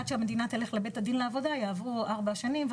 עד שהמדינה תלך לבית הדין לעבודה יעברו ארבע שנים ואז מה?